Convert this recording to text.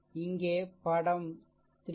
ஆகவே இங்கே படம் 3